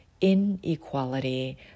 inequality